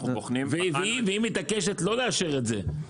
והיא מתעקשת לא לאשר את זה,